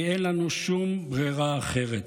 כי אין לנו שום ברירה אחרת.